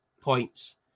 points